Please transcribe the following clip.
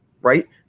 right